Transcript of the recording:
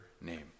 name